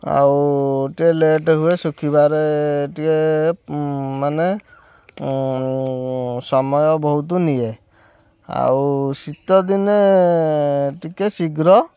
ଆଉ ଟିକେ ଲେଟ୍ ହୁଏ ଶୁଖିବାରେ ଟିକେ ମାନେ ସମୟ ବହୁତ ନିଏ ଆଉ ଶୀତଦିନେ ଟିକେ ଶୀଘ୍ର